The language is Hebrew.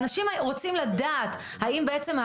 מה לעשות,